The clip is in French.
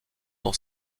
dans